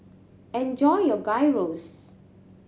enjoy your Gyros